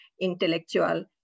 intellectual